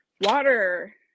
Water